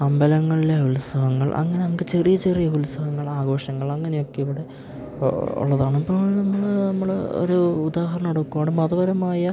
അമ്പലങ്ങളിലെ ഉത്സവങ്ങൾ അങ്ങനെ നമുക്ക് ചെറിയ ചെറിയ ഉത്സവങ്ങളാഘോഷങ്ങൾ അങ്ങനെയൊക്കിവിടെ ഉള്ളതാണ് ഇപ്പോൾ നമ്മൾ നമ്മൾ ഒരു ഉദാഹരണം എടുക്കുകയാണ് മതപരമായ